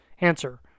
Answer